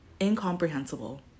incomprehensible